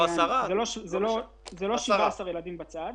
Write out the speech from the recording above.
זה לא 17 ילדים בצד.